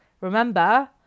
Remember